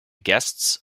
guests